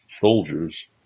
soldiers